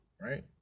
Right